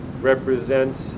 represents